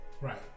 Right